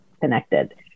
connected